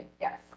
yes